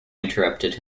interrupted